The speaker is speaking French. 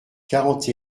quarante